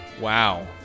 Wow